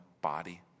body